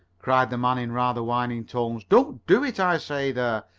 cried the man in rather whining tones. don't do it, i say! there!